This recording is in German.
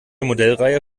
modellreihe